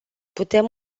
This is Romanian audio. putem